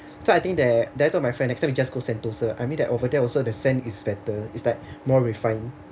so I think that then I told my friend next time we just go sentosa I mean that over there also the sand is better is like more refined